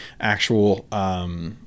actual